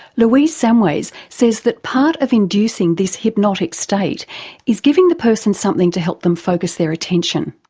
louise samways says that part of inducing this hypnotic state is giving the person something to help them focus their attention.